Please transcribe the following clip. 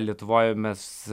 lietuvoje mes